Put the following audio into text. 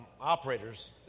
operators